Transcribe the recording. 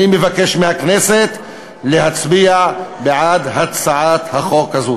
אני מבקש מהכנסת להצביע בעד הצעת החוק הזאת.